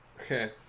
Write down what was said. Okay